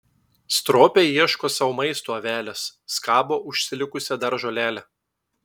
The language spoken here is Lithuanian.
stropiai ieško sau maisto avelės skabo užsilikusią dar žolelę